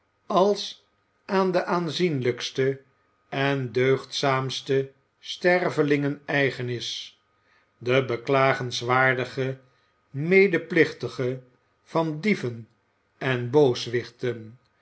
als aan de aanzienlijkste en deugdzaamste stervelingen eigen is de beklagenswaardige medeplichtige van dieven en